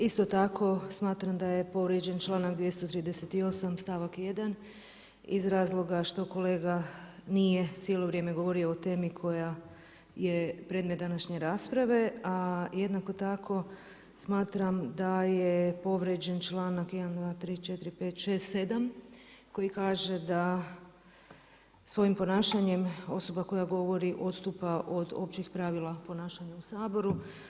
Isto tako smatram da je povrijeđen članak 238. stavak 1. iz razloga što kolega nije cijelo vrijeme govorio o temi koja je predmet današnje rasprave, a jednako tako smatram da je povrijeđen članak 7. koji kaže da svojim ponašanjem osoba koja govori odstupa od općih pravila ponašanja u Saboru.